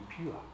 pure